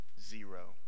Zero